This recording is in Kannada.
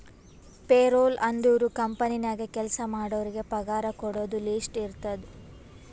ಪೇರೊಲ್ ಅಂದುರ್ ಕಂಪನಿ ನಾಗ್ ಕೆಲ್ಸಾ ಮಾಡೋರಿಗ ಪಗಾರ ಕೊಡೋದು ಲಿಸ್ಟ್ ಇರ್ತುದ್